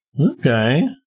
Okay